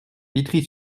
vitry